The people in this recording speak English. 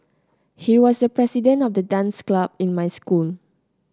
he was the president of the dance club in my school